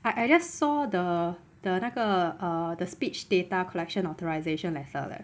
I I just saw the the 那个 err the speech data collection authorisation letter leh